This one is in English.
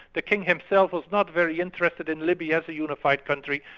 the king himself was not very interested in libya as a unified country,